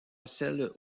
celles